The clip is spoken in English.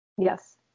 Yes